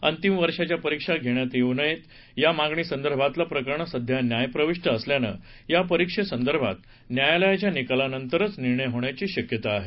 अंतिम वर्षाच्या परीक्षा घेण्यात येऊ नये या मागणीसंदर्भातलं प्रकरण सध्या न्यायप्रविष्ट असल्यानं या परीक्षेसंदर्भात न्यायालयाच्या निकालानंतरच निर्णय होण्याची शक्यता आहे